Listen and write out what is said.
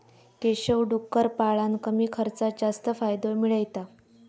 केशव डुक्कर पाळान कमी खर्चात जास्त फायदो मिळयता